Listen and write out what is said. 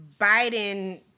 Biden